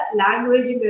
language